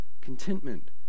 contentment